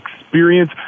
experience